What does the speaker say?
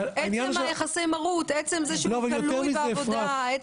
עצם יחסי המרות, עצם זה שהוא תלוי בעבודה.